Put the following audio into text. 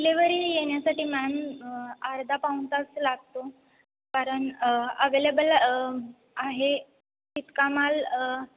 delivery येण्यासाठी ma'am अर्धा पाऊण तास लागतो कारण अवेलेबल आहे तितका माल